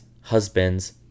husband's